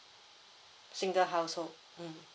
single household mm